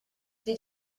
did